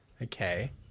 Okay